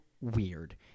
weird